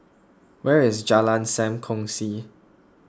where is Jalan Sam Kongsi